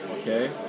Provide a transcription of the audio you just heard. Okay